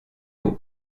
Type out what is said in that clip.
aux